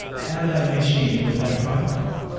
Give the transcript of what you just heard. how do they mesh in with that protocol?